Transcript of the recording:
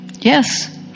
Yes